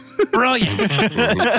Brilliant